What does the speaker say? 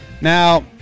Now